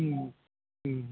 ம் ம்